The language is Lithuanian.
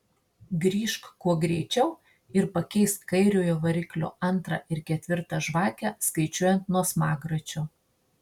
grįžk kuo greičiau ir pakeisk kairiojo variklio antrą ir ketvirtą žvakę skaičiuojant nuo smagračio